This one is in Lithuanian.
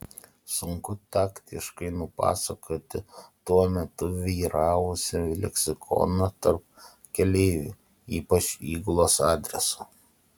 sunku taktiškai nupasakoti tuo metu vyravusį leksikoną tarp keleivių ypač įgulos adresu